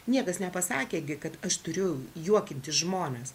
niekas nepasakė kad aš turiu juokinti žmones